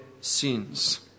sins